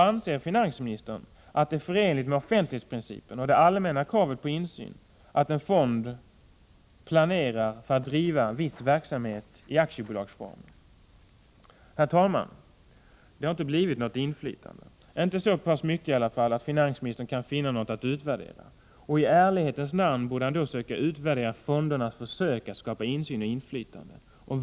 Anser finansministern att det är förenligt med offentlighetsprincipen och det allmänna kravet på insyn att en fond planerar att driva viss verksamhet i aktiebolagsform? Det har inte blivit något inflytande. Åtminstone inte så pass mycket att finansministern kan finna något att utvärdera. I ärlighetens namn borde han då söka utvärdera fondernas försök att skapa insyn och inflytande.